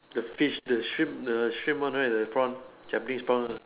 the fish the shrimp the shrimp one right the prawn Japanese prawn one